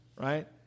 right